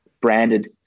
branded